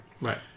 Right